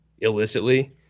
illicitly